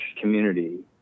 community